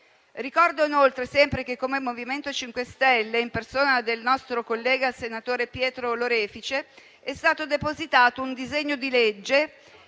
Ricordo inoltre che come MoVimento 5 Stelle, a prima firma del nostro collega, senatore Pietro Lorefice, è stato depositato un disegno di legge